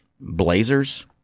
blazers